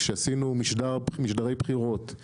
כשעשינו משדרי בחירות,